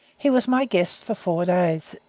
he was my guest for four days.